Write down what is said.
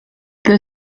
the